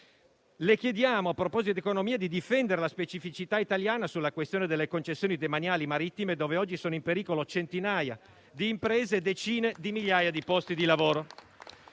Le chiediamo - a proposito di economia - di difendere la specificità italiana sulla questione delle concessioni demaniali marittime, che oggi vede in pericolo centinaia di imprese e decine di migliaia di posti di lavoro.